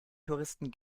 touristen